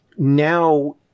Now